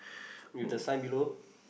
with the sign below